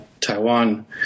Taiwan